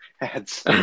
ads